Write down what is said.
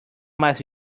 más